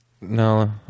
No